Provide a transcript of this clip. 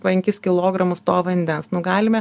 penkis kilogramus to vandens nu galime